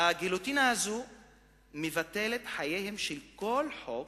הגיליוטינה הזאת מבטלת את חייו של כל חוק